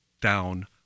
down